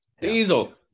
Diesel